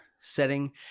setting